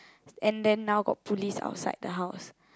and then now got police outside the house